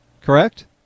Correct